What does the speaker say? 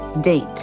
date